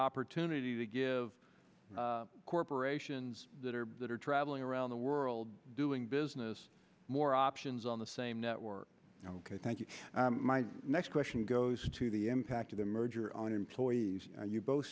opportunity to give corporations that are that are traveling around the world doing business more options on the same network ok thank you my next question goes to the impact of the merger on employees and you both